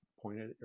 Pointed